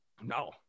No